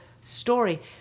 story